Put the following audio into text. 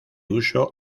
uso